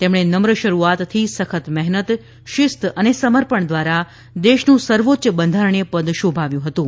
તેમણે નમ્ર શરૂઆતથી સખત મહેનત શિસ્ત અને સમર્પણ દ્વારા દેશનું સર્વોચ્ય બંધારણીય પદ શોભાવ્યું હતું